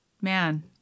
man